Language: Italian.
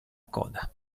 coda